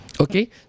Okay